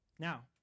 Now